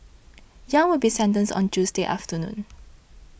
Yang will be sentenced on Tuesday afternoon